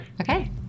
Okay